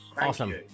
Awesome